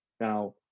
Now